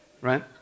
right